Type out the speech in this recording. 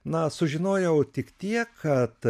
na sužinojau tik tiek kad